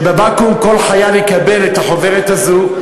שבבקו"ם כל חייל יקבל את החוברת הזו,